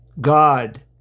God